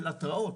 של התרעות.